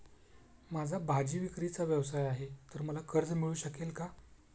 माझा भाजीविक्रीचा व्यवसाय आहे तर मला कर्ज मिळू शकेल का?